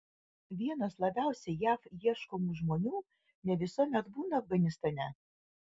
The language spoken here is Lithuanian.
vienas labiausiai jav ieškomų žmonių ne visuomet būna afganistane